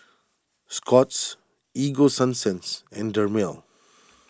Scott's Ego Sunsense and Dermale